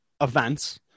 events